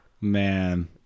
Man